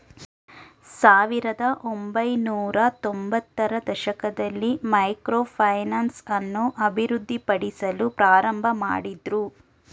ಸಾವಿರದ ಒಂಬೈನೂರತ್ತೊಂಭತ್ತ ರ ದಶಕದಲ್ಲಿ ಮೈಕ್ರೋ ಫೈನಾನ್ಸ್ ಅನ್ನು ಅಭಿವೃದ್ಧಿಪಡಿಸಲು ಪ್ರಾರಂಭಮಾಡಿದ್ರು